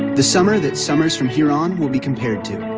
the summer that summers from here on will be compared to,